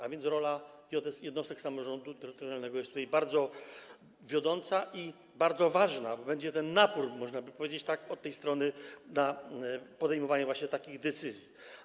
A więc rola jednostek samorządu terytorialnego jest tutaj bardzo wiodąca i bardzo ważna, bo będzie napór, można by tak powiedzieć, od tej strony na podejmowanie właśnie takich decyzji.